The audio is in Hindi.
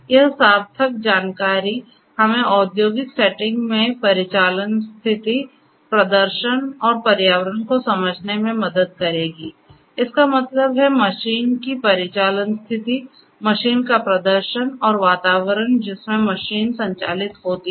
यह सार्थक जानकारी हमें औद्योगिक सेटिंग में परिचालन स्थिति प्रदर्शन और पर्यावरण को समझने में मदद करेगी इसका मतलब है मशीन की परिचालन स्थिति मशीन का प्रदर्शन और वातावरण जिसमें मशीन संचालित होती है